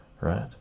right